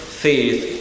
faith